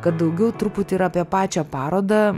kad daugiau truputį ir apie pačią parodą